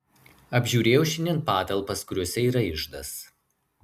apžiūrėjau šiandien patalpas kuriose yra iždas